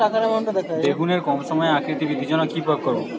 বেগুনের কম সময়ে আকৃতি বৃদ্ধির জন্য কি প্রয়োগ করব?